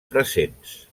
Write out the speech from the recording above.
presents